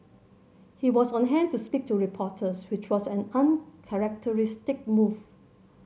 he was on hand to speak to reporters which was an move